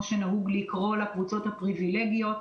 שנהוג לקרוא הקבוצות הפריבילגיות.